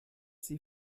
sie